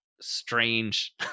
strange